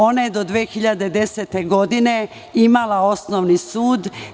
Ona je do 2010. godine imala Osnovni sud.